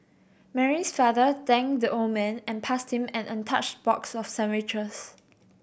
Mary's father thanked the old man and passed him an untouched box of sandwiches